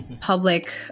public